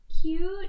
cute